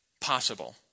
possible